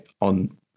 on